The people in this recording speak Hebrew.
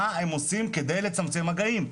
מה הם עושים על מנת לצמצם מגעים?